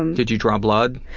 um did you draw blood?